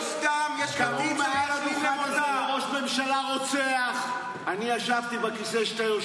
אדוני היושב בראש, השר